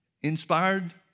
inspired